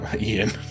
Ian